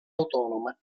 autonoma